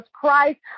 Christ